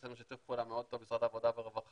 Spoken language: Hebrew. יש לנו שיתוף פעולה מאוד טוב עם משרד העבודה והרווחה,